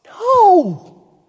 no